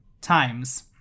times